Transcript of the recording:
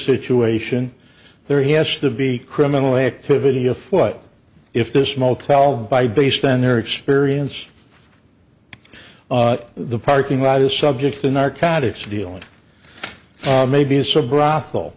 situation there has to be criminal activity afoot if this motel buy based on their experience in the parking lot is subject to narcotics dealing maybe it's a brothel